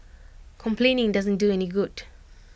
complaining doesn't do any good